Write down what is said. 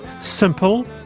Simple